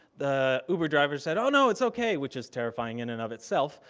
the uber driver said, oh no, it's okay. which is terrifying in and of itself.